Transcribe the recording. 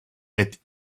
est